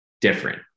different